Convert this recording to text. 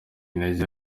intege